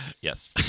Yes